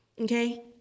okay